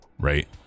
right